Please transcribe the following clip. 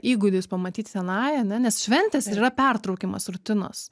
įgūdis pamatyt senąją ane nes šventės ir yra pertraukimas rutinos